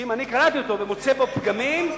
שאם אני קראתי ומצאתי בו פגמים,